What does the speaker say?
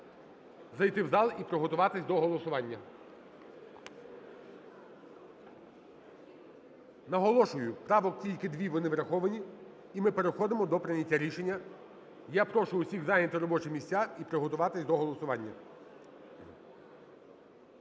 зайти в зал і пригодуватись до голосування. Наголошую, правок тільки дві, вони враховані, і ми переходимо до прийняття рішення. Я прошу усіх зайти робочі місця і приготуватись до голосування.